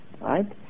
right